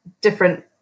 different